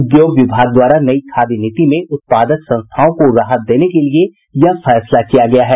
उद्योग विभाग द्वारा नई खादी नीति में उत्पादक संस्थाओं को राहत देने के लिए यह फैसला किया गया है